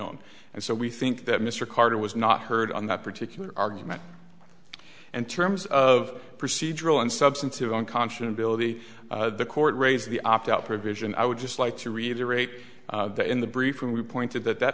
on and so we think that mr carter was not heard on that particular argument and terms of procedural and substantive unconscionably the court raise the opt out provision i would just like to reiterate that in the briefing we pointed that that